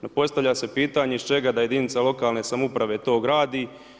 No postavlja se pitanje iz čega da jedinica lokalne samouprave to gradi?